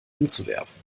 umzuwerfen